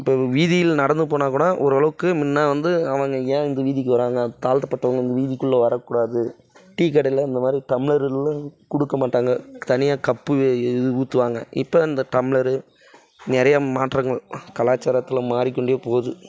இப்போ வீதியில நடந்து போனாக்கூட ஓரளவுக்கு முன்ன வந்து அவங்க ஏன் இந்த வீதிக்கு வராங்க தாழ்த்தப்பட்டவங்க இந்த விதிகுள்ளே வரக்கூடாது டீ கடையில இந்தமாதிரி டம்ளர்ல்லாம் கொடுக்க மாட்டாங்க தனியாக கப்பு ஊற்றுவாங்க இப்போ அந்த டம்ளரு நிறைய மாற்றங்கள் கலாச்சாரத்தில் மாறி கொண்டே போது